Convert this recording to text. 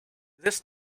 this